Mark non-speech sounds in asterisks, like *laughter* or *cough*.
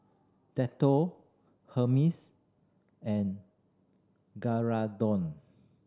Dettol Hermes and *unintelligible*